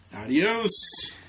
adios